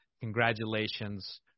congratulations